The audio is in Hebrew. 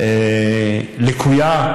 שהיא לקויה,